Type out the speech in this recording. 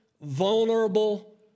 vulnerable